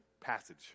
passage